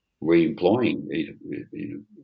re-employing